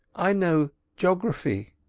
i know g'ography.